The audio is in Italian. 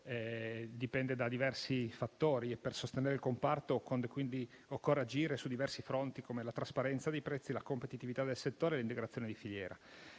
dipende da diversi fattori e, per sostenere il comparto, occorre agire su diversi fronti, come la trasparenza dei prezzi, la competitività del settore e l'integrazione di filiera.